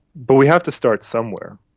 but we have to start somewhere,